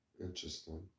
Interesting